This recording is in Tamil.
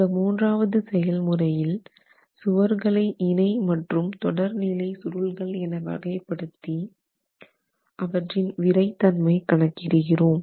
இந்த மூன்றாவது செயல் முறையில் சுவர்களை இணை மற்றும் தொடர் நிலை சுருள்கள் என வகைப்படுத்தி அவற்றின் விறை தன்மை கணக்கிடுகிறோம்